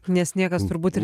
nes niekas turbūt ir